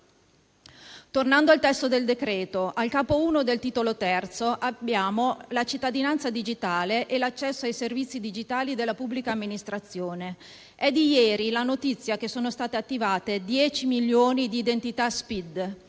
Tornando al testo del decreto-legge, al capo 1 del titolo III abbiamo la cittadinanza digitale e l'accesso ai servizi digitali della pubblica amministrazione. È di ieri la notizia che sono state attivate 10 milioni di identità SPID;